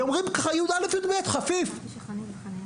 ואומרים יא׳ ו-יב׳ אז חפיף, אתם השתגעתם.